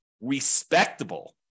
respectable